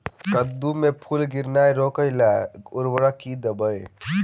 कद्दू मे फूल गिरनाय रोकय लागि उर्वरक मे की देबै?